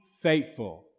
faithful